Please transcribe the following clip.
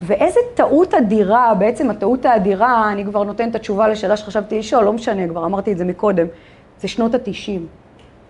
ואיזה טעות אדירה, בעצם הטעות האדירה, אני כבר נותנת תשובה לשאלה שחשבתי אישה, לא משנה, כבר אמרתי את זה מקודם, זה שנות ה-90.